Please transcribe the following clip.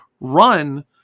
run